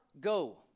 go